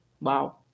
wow